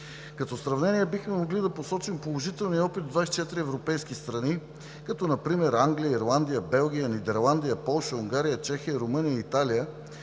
Като сравнение бихме могли да посочим положителния опит в 24 европейски страни, като например Англия, Ирландия, Белгия, Нидерландия, Полша, Унгария, Чехия, Румъния и Италия,